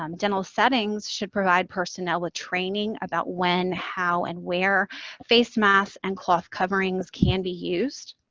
um dental settings should provide personnel with training about when, how, and where face masks and cloth coverings can be used,